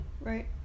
right